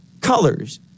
colors